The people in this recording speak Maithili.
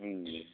जी